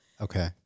Okay